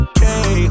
Okay